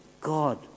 God